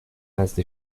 نزد